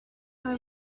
why